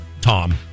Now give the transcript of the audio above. Tom